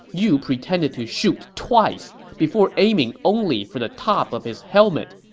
you pretended to shoot twice before aiming only for the top of his helmet.